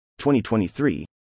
2023